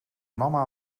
mama